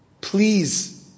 please